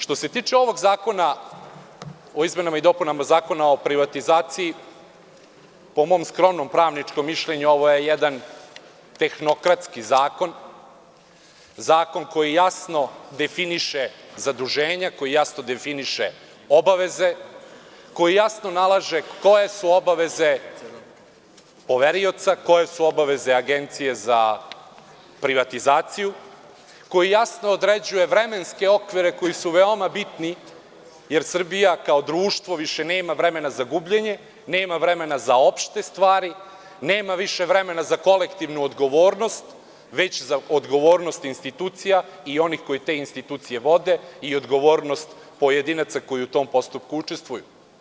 Što se tiče ovog zakona o izmenama i dopunama Zakona o privatizaciji, po mom skromnom pravničkom mišljenju, ovo je jedan tehnokratski zakon, zakon koji jasno definiše zaduženja, koji jasno definiše obaveze, koji jasno nalaže koje su obaveze poverioca, koje su obaveze Agencije za privatizaciju, koji jasno određuje vremenske okvire koji su veoma bitni, jer Srbija kao društvo više nema vremena za gubljenje, nema vremena za opšte stvari, nema više vremena za kolektivnu odgovornost, već za odgovornost institucija i onih koji te institucije vode i odgovornost pojedinaca koji u tom postupku učestvuju.